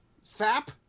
Sap